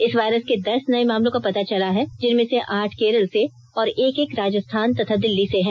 इस वायरस के दस नये मामलों का पता चला है जिनमें से आठ केरल से और एक एक राजस्थान तथा दिल्ली से है